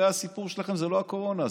הרי הסיפור שלכם זה לא הקורונה,